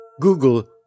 Google